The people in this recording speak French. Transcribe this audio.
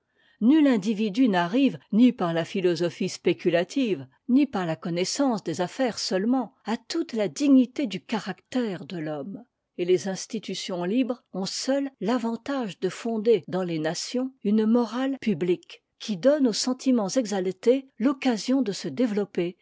nul individu n'arrive ni par la philosophie spéculative ni par la connaissance des affaires seulement à toute la dignité du caractère de l'homme et les institutions libres ont seules l'avantage de fonder dans les nations une morale publique qui donne aux sentiments exaltés l'occasion de se dévetopper